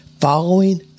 following